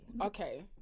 okay